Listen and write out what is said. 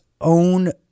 own